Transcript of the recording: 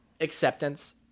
acceptance